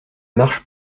marche